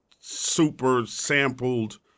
super-sampled